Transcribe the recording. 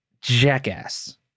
jackass